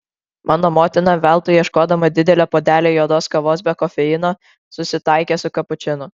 mano motina veltui ieškodama didelio puodelio juodos kavos be kofeino susitaikė su kapučinu